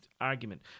argument